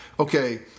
okay